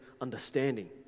understanding